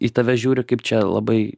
į tave žiūri kaip čia labai